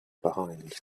behind